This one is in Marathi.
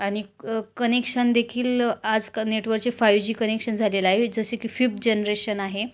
आणि क् कनेक्शन देखील आजकाल नेटवर्कचे फायव जी कनेक्शन झालेलं आहे जसे की फिफ्त जनरेशन आहे